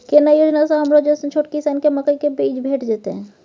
केना योजना स हमरो जैसन छोट किसान के मकई के बीज भेट जेतै?